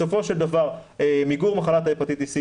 בסופו של דבר מיגור מחלת ההפטיטיס סי